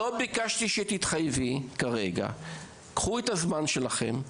לא ביקשתי שתתחייבי כרגע, קחו את הזמן שלכם.